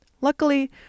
Luckily